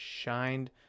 shined